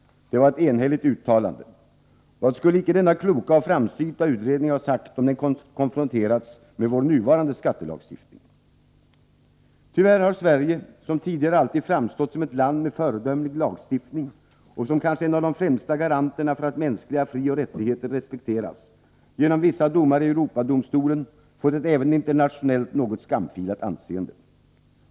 Det var ett enhälligt uttalande. Vad skulle icke denna kloka och framsynta utredning ha sagt om den konfronterats med vår nuvarande skattelagstiftning? Tyvärr har Sverige — som tidigare alltid framstått som ett land med föredömlig lagstiftning och som kanske en av de främsta garanterna för att mänskliga frioch rättigheter respekteras — genom vissa domar i Europadomstolen fått ett även internationellt något skamfilat anseende.